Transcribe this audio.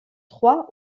trois